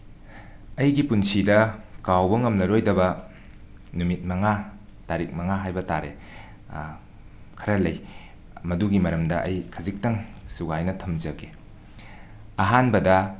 ꯑꯩꯒꯤ ꯄꯨꯟꯁꯤꯗ ꯀꯥꯎꯕ ꯉꯝꯂꯔꯣꯏꯗꯕ ꯅꯨꯃꯤꯠ ꯃꯉꯥ ꯇꯥꯔꯤꯛ ꯃꯉꯥ ꯍꯥꯏꯕ ꯇꯥꯔꯦ ꯈꯔ ꯂꯩ ꯃꯗꯨꯒꯤ ꯃꯔꯝꯗ ꯑꯩ ꯈꯖꯤꯛꯇꯪ ꯁꯨꯒꯥꯏꯅ ꯊꯝꯖꯒꯦ ꯑꯍꯥꯟꯕꯗ